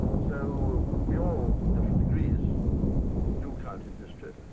so we all in different degrees do count in history.